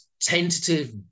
tentative